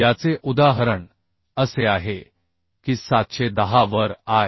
याचे उदाहरण असे आहे की 710 वर आय